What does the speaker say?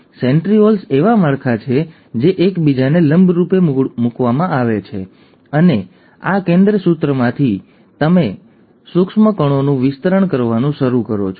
હવે આ સેન્ટ્રિઓલ્સ એવા માળખાં છે જે એકબીજાને લંબરૂપ મૂકવામાં આવે છે અને આ કેન્દ્રસૂત્રમાંથી જ તમે સૂક્ષ્મકણોનું વિસ્તરણ કરવાનું શરૂ કરો છો